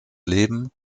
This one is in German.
leben